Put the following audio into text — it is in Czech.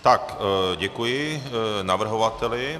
Tak děkuji navrhovateli.